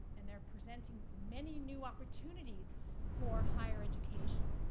and they're presenting many new opportunities for higher education.